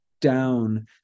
down